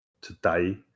today